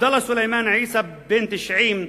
עבדאללה סלימאן עיסא, בן 90,